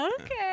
okay